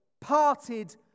parted